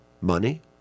money